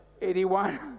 eighty-one